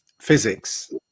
physics